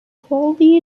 quality